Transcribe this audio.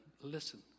Listen